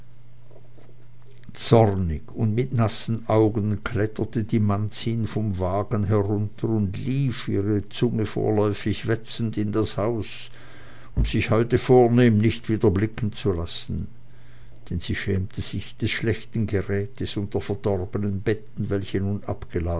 zornig und mit nassen augen kletterte die manzin vom wagen herunter und lief ihre zunge vorläufig wetzend in das haus um sich heute vornehm nicht wieder blicken zu lassen denn sie schämte sich des schlechten gerätes und der verdorbenen betten welche nun